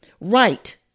Right